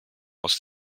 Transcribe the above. aus